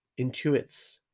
intuits